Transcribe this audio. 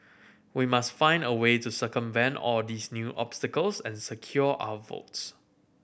we must find a way to circumvent all these new obstacles and secure our votes